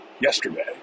yesterday